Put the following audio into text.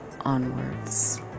onwards